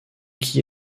qui